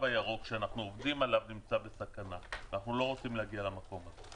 הירוק שאנחנו עובדים עליו נמצא בסכנה ואנחנו לא רוצים להגיע למקום הזה.